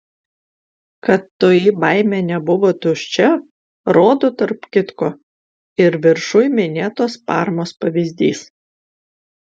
kad toji baimė nebuvo tuščia rodo tarp kitko ir viršuj minėtos parmos pavyzdys